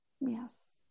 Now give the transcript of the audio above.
Yes